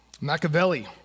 Machiavelli